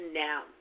now